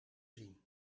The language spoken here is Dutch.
zien